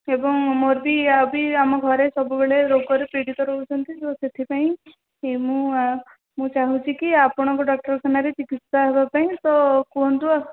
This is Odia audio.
ଏବଂ ମୋର ବି ଆଉ ବି ଆମ ଘରେ ସବୁବେଳେ ରୋଗରେ ପୀଡ଼ିତ ରହୁଛନ୍ତି ସେଥିପାଇଁ ମୁଁ ମୁଁ ଚାହୁଁଚି କି ଆପଣଙ୍କ ଡାକ୍ତରଖାନାରେ ଚିକିତ୍ସା ହବା ପାଇଁ ତ କୁହନ୍ତୁ ଆଉ